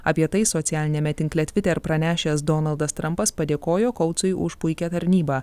apie tai socialiniame tinkle twitter pranešęs donaldas trampas padėkojo kautsui už puikią tarnybą